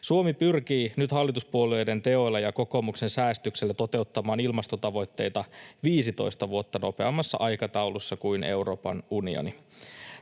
Suomi pyrkii nyt hallituspuolueiden teoilla ja kokoomuksen säestyksellä toteuttamaan ilmastotavoitteita 15 vuotta nopeammassa aikataulussa kuin Euroopan unioni.